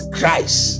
Christ